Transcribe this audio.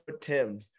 tim